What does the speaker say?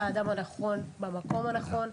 אתה האדם הנכון במקום הנכון.